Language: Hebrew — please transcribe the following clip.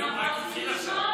אני לא,